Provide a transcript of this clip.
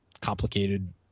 complicated